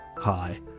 Hi